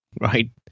right